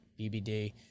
BBD